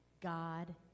God